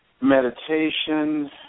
meditation